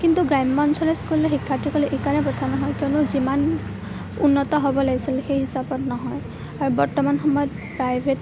কিন্তু গ্ৰাম্য অঞ্চলৰ স্কুলৰ শিক্ষাৰ্থীসকল এইকাৰণে সক্ষম নহয় কিয়নো যিমান উন্নত হ'ব লাগিছিলে সেই হিচাপত নহয় আৰু বৰ্তমান সময়ত প্ৰাইভেট